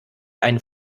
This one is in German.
einen